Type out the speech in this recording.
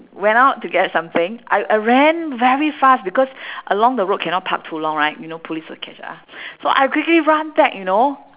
went out to get something I I ran very fast because along the road cannot park too long right you know police will catch ah so I quickly run back you know